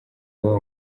iwabo